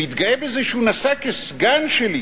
שמתגאה בזה שהוא נסע כסגן שלי,